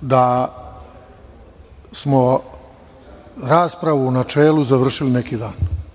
da smo raspravu u načelu završili pre neki dan.